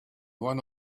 one